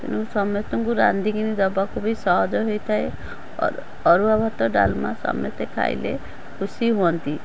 ତେଣୁ ସମସ୍ତଙ୍କୁ ରାନ୍ଧିକିରି ଦେବାକୁ ବି ସହଜ ହୋଇଥାଏ ଅରୁ ଅରୁଆ ଭାତ ଡାଲମା ସମସ୍ତେ ଖାଇଲେ ଖୁସି ହୁଅନ୍ତି